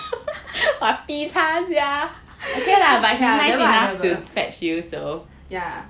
ya never I never yeah